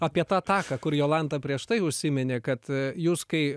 apie tą taką kur jolanta prieš tai užsiminė kad jūs kai